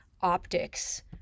optics